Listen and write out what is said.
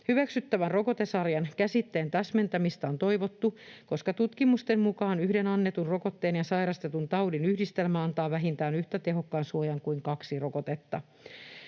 Hyväksyttävän rokotesarjan käsitteen täsmentämistä on toivottu, koska tutkimusten mukaan yhden annetun rokotteen ja sairastetun taudin yhdistelmä antaa vähintään yhtä tehokkaan suojan kuin kaksi rokotetta.